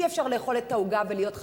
אי-אפשר לאכול את העוגה ולהיות חזירים.